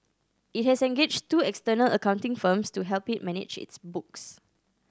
it has engaged two external accounting firms to help it manage its books